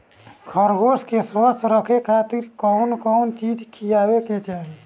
खरगोश के स्वस्थ रखे खातिर कउन कउन चिज खिआवे के चाही?